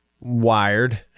wired